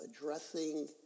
addressing